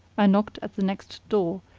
i knocked at the next door,